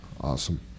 awesome